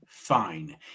Fine